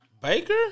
baker